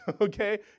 okay